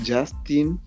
Justin